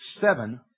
seven